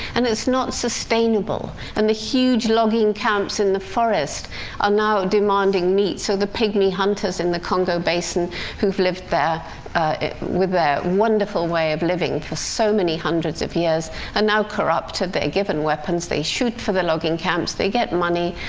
and it's not sustainable, and the huge logging camps in the forest are now demanding meat, so the pygmy hunters in the congo basin who've lived there with their wonderful way of living for so many hundreds of years are ah now corrupted. they're given weapons they shoot for the logging camps they get money.